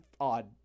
odd